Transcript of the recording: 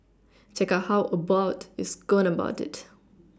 check out how Abbott is going about it